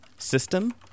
System